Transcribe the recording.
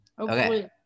Okay